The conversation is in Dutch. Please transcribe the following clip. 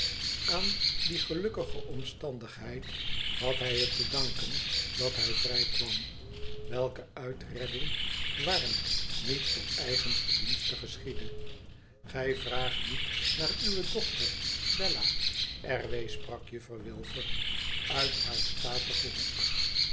aan die gelukkige omstandigheid had hij het te danken dat hij vrij kwam welke uitredding waarlijk met door eigen verdienste geschiedde gij vraa niet naar uwe dochter bella r w sprak juffrouw wilfer uit haar statigen hoek